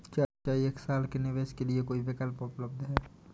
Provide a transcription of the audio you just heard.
क्या एक साल के निवेश के लिए कोई विकल्प उपलब्ध है?